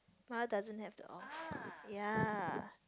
my one doesn't have the off ya